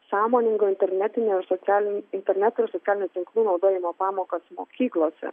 sąmoningo internetinio ir sociali interneto ir socialinių tinklų naudojimo pamokas mokyklose